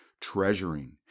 treasuring